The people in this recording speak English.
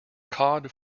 cod